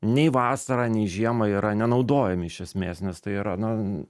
nei vasarą nei žiemą yra nenaudojami iš esmės nes tai yra na